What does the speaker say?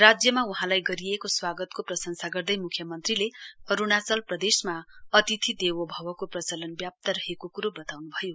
राज्यमा गरिएको स्वागतको प्रंशसा गर्दै मुख्यमन्त्रीले अरूणाचल प्रदेशमा अतिथि देवो भवको प्रचलन व्याप्त रहेको क्रो बताउन् भयो